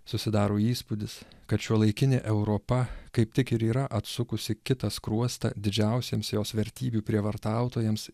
susidaro įspūdis kad šiuolaikinė europa kaip tik ir yra atsukusi kitą skruostą didžiausiems jos vertybių prievartautojams